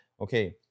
okay